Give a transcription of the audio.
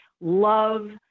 love